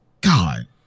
God